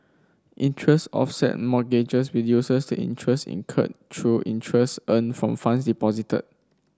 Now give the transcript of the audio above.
interest offset mortgages reduces the interest incurred through interest earned from funds deposited